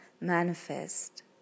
manifest